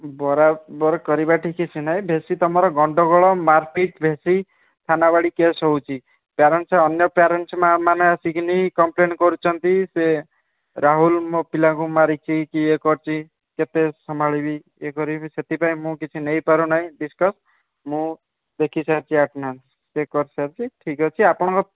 ବରାବର କରିବା ଠି କିଛି ନାଇଁ ବେଶି ତୁମର ଗଣ୍ଡଗୋଳ ମାରପିଟ୍ ବେଶି ଥାନାବାଡ଼ି କେସ୍ ହେଉଛି ପ୍ୟାରେଣ୍ଟସ୍ ଅନ୍ୟ ପ୍ୟାରେଣ୍ଟସ୍ ମା ମାନେ ଆସିକିନି କମ୍ପ୍ଲେନ୍ କରୁଛନ୍ତି ଯେ ରାହୁଲ ମୋ ପିଲାଙ୍କୁ ମାରିଛି ଇଏ କରିଛି କେତେ ସମ୍ଭାଳିବି ଇଏ କରିବି ସେଥିପାଇଁ ମୁଁ କିଛି ନେଇ ପାରୁନାହିଁ ଡିସ୍କସ୍ ମୁଁ ଦେଖି ସାରିଛି ଆଟେଣ୍ଡାନ୍ସ୍ ଚେକ୍ କରିସାରିଛି ଠିକ୍ ଅଛି ଆପଣଙ୍କ